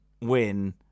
win